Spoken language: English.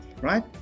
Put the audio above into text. right